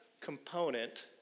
component